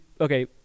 okay